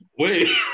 Wait